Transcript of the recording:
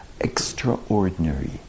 extraordinary